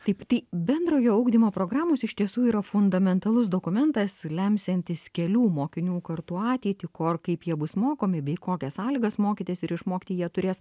taip tai bendrojo ugdymo programos iš tiesų yra fundamentalus dokumentas lemsiantis kelių mokinių kartų ateitį ko ir kaip jie bus mokomi bei kokias sąlygas mokytis ir išmokti jie turės